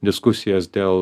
diskusijas dėl